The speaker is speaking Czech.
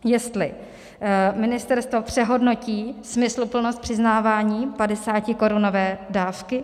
Jestli ministerstvo přehodnotí smysluplnost přiznávání 50korunové dávky.